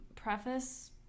Preface